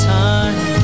time